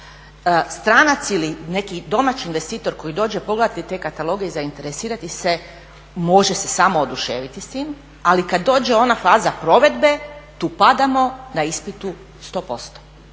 Stranac ili neki domaći investitor koji dođe pogledati te kataloge i zainteresirati se može se samo oduševiti s tim, ali kad dođe ona faza provedbe tu padamo na ispitu 100%.